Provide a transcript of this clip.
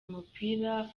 umupira